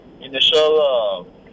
initial